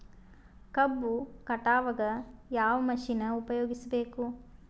ಕಬ್ಬು ಕಟಾವಗ ಯಾವ ಮಷಿನ್ ಉಪಯೋಗಿಸಬೇಕು?